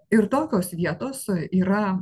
ir tokios vietos yra